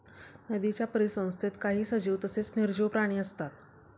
नदीच्या परिसंस्थेत काही सजीव तसेच निर्जीव प्राणी असतात